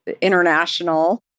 international